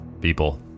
people